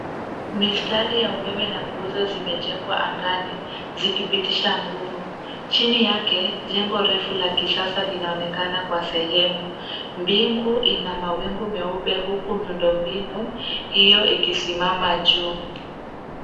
Mistari ya umeme na nguzo zimejengwa angani, zikipitisha nguvu. Chini yake, jengo refu la kisasa linaonekana kwa sehemu. Mbingu ina mawingu meupe, huku miundombinu hiyo ikisimama juu.